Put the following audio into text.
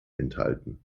enthalten